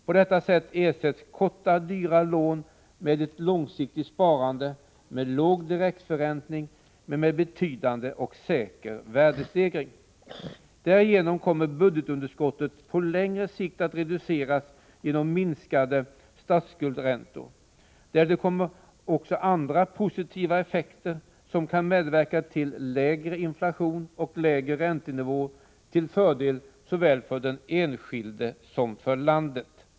På detta sätt ersätts korta dyra lån med ett långsiktigt sparande med låg direktförräntning men med en betydande och säker värdestegring. Därigenom kommer budgetunderskottet på längre sikt att reduceras genom minskade statsskuldräntor. Därtill kommer andra positiva effekter som kan medverka till lägre inflation och lägre räntenivå till fördel för såväl den enskilde som för landet.